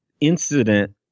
incident